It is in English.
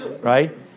right